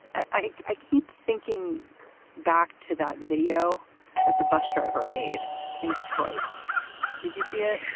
i keep thinking back to that video that the bus driver made in detroit did you see it?